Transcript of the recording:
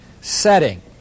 setting